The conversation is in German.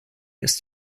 ist